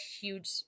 huge